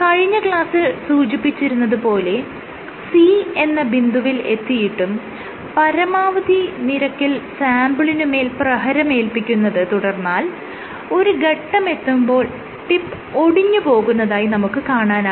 കഴിഞ്ഞ ക്ലാസ്സിൽ സൂചിപ്പിച്ചിരുന്നത് പോലെ C എന്ന ബിന്ദുവിൽ എത്തിയിട്ടും പരമാവധി നിരക്കിൽ സാംപിളിനുമേൽ പ്രഹരമേല്പിക്കുന്നത് തുടർന്നാൽ ഒരു ഘട്ടമെത്തുമ്പോൾ ടിപ്പ് ഒടിഞ്ഞുപോകുന്നതായി നമുക്ക് കാണാനാകും